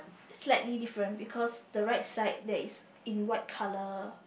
slightly different because the right side that is in white color